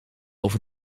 over